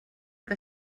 que